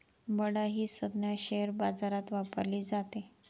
बडा ही संज्ञा शेअर बाजारात वापरली जाते